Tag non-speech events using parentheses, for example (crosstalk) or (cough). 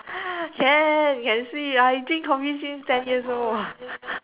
(noise) can can see I drink coffee since ten years old (laughs)